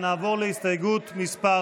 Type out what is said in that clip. נעבור להסתייגות מס'